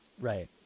Right